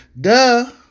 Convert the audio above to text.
Duh